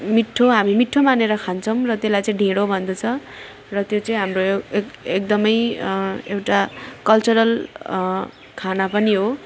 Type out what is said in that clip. मिठो हामी मिठो मानेर खान्छौँ र त्यसलाई चाहिँ ढिँडो भन्दछ र त्यो चाहिँ हाम्रो एकदम एउटा कल्चरल खाना पनि हो